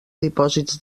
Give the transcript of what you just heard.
dipòsits